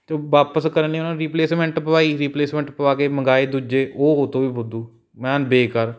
ਅਤੇ ਉਹ ਵਾਪਿਸ ਕਰਨ ਲਈ ਉਹਨਾਂ ਨੇ ਰੀਪਲੇਸਮੈਂਟ ਪੁਆਈ ਰੀਪਲੇਸਮੈਂਟ ਪੁਆ ਕੇ ਮੰਗਵਾਏ ਦੂਜੇ ਉਹ ਉਹਤੋਂ ਵੀ ਫੁੱਦੂ ਐਨ ਬੇਕਾਰ